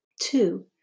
Two